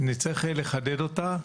ונצטרך לחדד אותה,